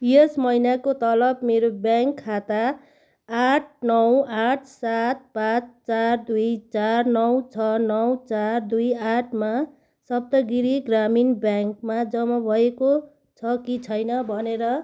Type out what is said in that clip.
यस महिनाको तलब मेरो ब्याङ्क खाता आठ नौ आठ सात पाँच चार दुई चार नौ छ नौ चार दुई आठमा सप्तगिरि ग्रामीण ब्याङ्कमा जम्मा भएको छ कि छैन भनेर